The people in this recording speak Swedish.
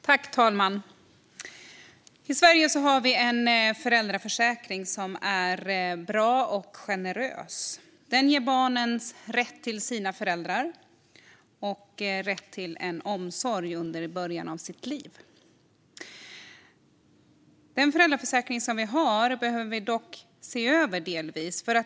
Fru talman! I Sverige har vi en föräldraförsäkring som är bra och generös. Den ger barnen rätt till sina föräldrar och rätt till omsorg under början av livet. Den föräldraförsäkring vi har behöver vi dock se över delvis.